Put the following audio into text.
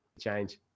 change